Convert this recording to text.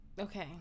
Okay